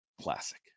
classic